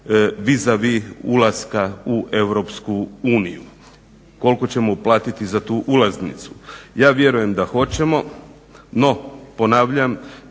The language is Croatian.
vis a vis ulaska u EU koliko ćemo platiti za tu ulaznicu? Ja vjerujem da hoćemo. No ponavljam,